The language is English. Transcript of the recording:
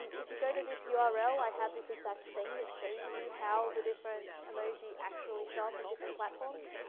if you go to this ah url, i have this exact thing that shows you how the different emoji actually show up on different platforms.